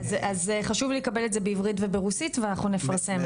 אז אני רוצה לקבל את זה גם בעברית וגם ברוסית ואנחנו נפרסם.